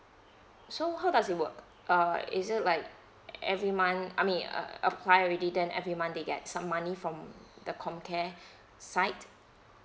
so how does it work uh is it like every month I mean uh apply already then every month they get some money from the comcare side